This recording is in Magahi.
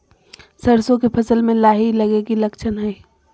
सरसों के फसल में लाही लगे कि लक्षण हय?